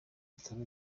bitaro